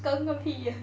跟个屁